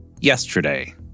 Yesterday